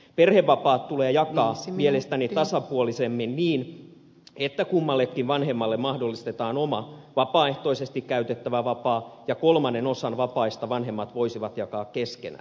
perhevapaat tulee jakaa mielestäni tasapuolisemmin niin että kummallekin vanhemmalle mahdollistetaan oma vapaaehtoisesti käytettävä vapaa ja kolmannen osan vapaista vanhemmat voisivat jakaa keskenään